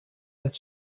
that